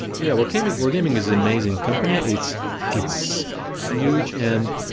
yeah, wargaming wargaming is an amazing company. it's it's huge and